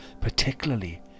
particularly